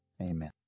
Amen